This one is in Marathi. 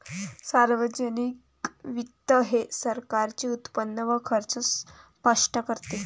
सार्वजनिक वित्त हे सरकारचे उत्पन्न व खर्च स्पष्ट करते